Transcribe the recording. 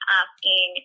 asking